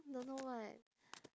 don't know what